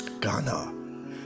Ghana